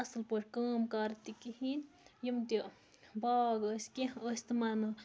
اَصٕل پٲٹھۍ کٲم کار تہِ کِہیٖنۍ یِم تہِ باغ ٲسۍ کیٚنٛہہ ٲسۍ تِمَن نہٕ